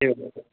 एवं